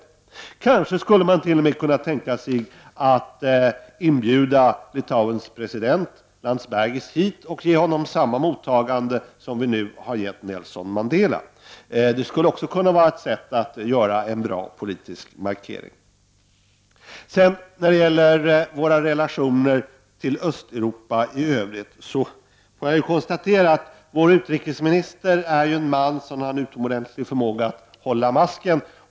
Man kanske t.o.m. skulle kunna tänka sig att inbjuda Litauens president, Landsbergis, och ge honom samma mottagande som vi nu har gett Nelson Mandela. Det skulle också kunna vara ett sätt att göra en bra politisk markering. När det gäller våra relationer till Östeuropa i övrigt har jag kunnat konstatera att vår utrikesminister är en man, som har en utomordentlig förmåga att hålla masken.